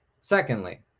Secondly